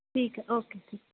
ਠੀਕ ਹੈ ਓਕੇ